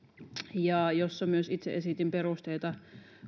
jossa myös itse esitin perusteita